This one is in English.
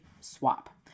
swap